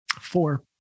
Four